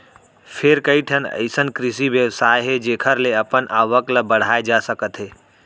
फेर कइठन अइसन कृषि बेवसाय हे जेखर ले अपन आवक ल बड़हाए जा सकत हे